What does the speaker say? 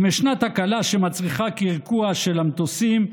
אם ישנה תקלה שמצריכה קרקוע של המטוסים,